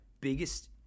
biggest